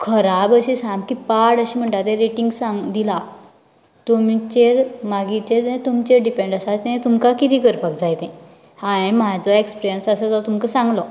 खराब अशी सामकी पाड अशी म्हणटा ती रेटिंग सामकी दिला तुमचेर मागीरचे जें तुमचेर डिपेंड आसा तें तुमकां कितें करपाक जाय तें हांयेन म्हाजो एक्सपरियन्स आसा तो तुमकां सांगलो